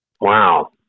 Wow